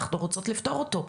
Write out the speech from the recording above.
אנחנו רוצות לפתור אותו.